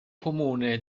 comune